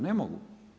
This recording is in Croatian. Ne mogu.